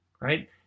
right